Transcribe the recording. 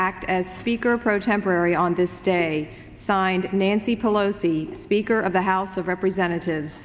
act as speaker pro tempore on this day signed nancy pelosi speaker of the house of representatives